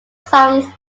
songs